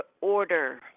Order